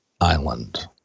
island